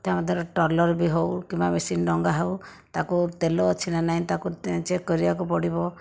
ତା ମଧ୍ୟରେ ଟଲରବି ହେଉ କିମ୍ବା ମେସିନ୍ ଡଙ୍ଗା ହେଉ ତାକୁ ତେଲ ଅଛି ନା ନାଇଁ ତାକୁ ଚେକ୍ କରିଆକୁ ପଡ଼ିବ